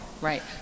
Right